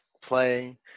play